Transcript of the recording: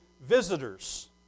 visitors